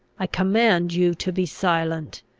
i command you to be silent.